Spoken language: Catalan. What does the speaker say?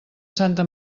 santa